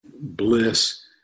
bliss